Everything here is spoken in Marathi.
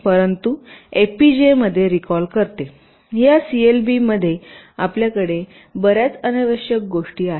परंतुएफपीजीए मध्ये रीकॉल करते या सीएलबी मध्ये आपल्याकडे बर्याच अनावश्यक गोष्टी आहेत